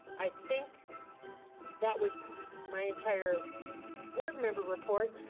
i think that was my entire board member report,